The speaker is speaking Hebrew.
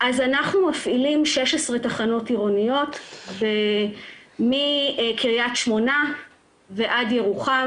מפעילים 16 תחנות עירוניות מקריית שמונה ועד ירוחם.